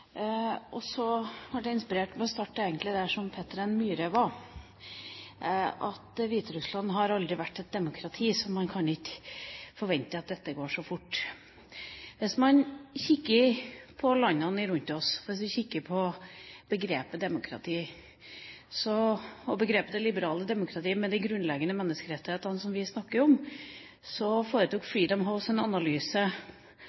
demokrati, så man kan ikke forvente at dette går så fort. Hvis vi kikker på landene rundt oss, kikker på begrepet demokrati og begrepet det liberale demokrati, med de grunnleggende menneskerettighetene som vi snakker om, så foretok